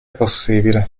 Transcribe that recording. possibile